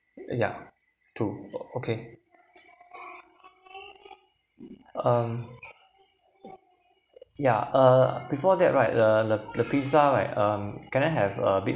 yeah two okay um yeah uh before that right the the the pizza right um can I have a bit